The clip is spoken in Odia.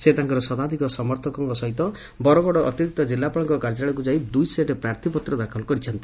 ସେ ତାଙ୍କର ଶତାଧିକ ସମର୍ଥନଙ୍କ ସହିତ ବରଗଡ ଅତିରିକ୍ତ ଜିଲ୍ଲାପାଳଙ୍କ କାର୍ଯ୍ୟାଳୟକୁ ଯାଇ ଦୁଇସେଟ୍ ପ୍ରାର୍ଥୀପତ୍ର ଦାଖଲ କରିଛନ୍ତି